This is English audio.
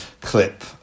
clip